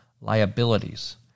liabilities